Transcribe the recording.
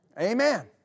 Amen